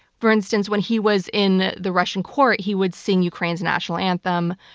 for instance, when he was in the russian court, he would sing ukraine's national anthem,